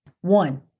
One